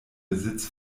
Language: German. besitz